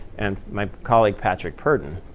and my colleague, patrick purdon.